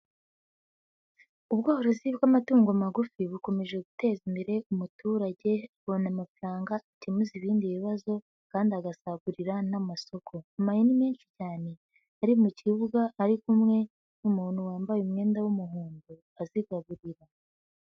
Ubworozi bw'amatungo magufi bukomeje guteza imbere umuturage, akabona amafaranga akemuza ibindi bibazo kandi agasagurira n'amasoko. Amahene menshi cyane ari mu kibuga, ari kumwe n'umuntu wambaye umwenda w'umuhondo azigaburira.